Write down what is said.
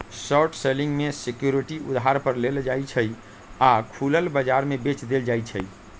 short selling में security उधार पर लेल जाइ छइ आऽ खुलल बजार में बेच देल जाइ छइ